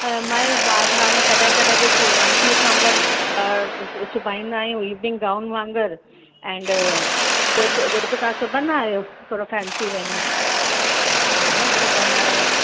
त मां इहो मां त हाणे कॾहिं कॾहिं ॾिस वन पीस वांगुरु सु सिबाईंदा आहियूं इविंग गाऊन वांगुरु एंड कुझु उहे बि तव्हां सिबंदा आहियो थोरो फ़ैन्सी वे में हा न सिबंदा आहियो